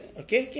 okay